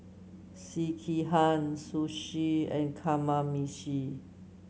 Sekihan Sushi and Kamameshi